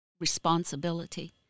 responsibility